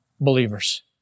believers